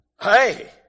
Hey